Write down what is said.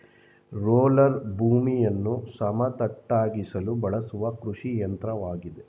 roller ಭೂಮಿಯನ್ನು ಸಮತಟ್ಟಾಗಿಸಲು ಬಳಸುವ ಕೃಷಿಯಂತ್ರವಾಗಿದೆ